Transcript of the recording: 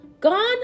Gone